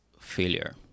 failure